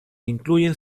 incluyen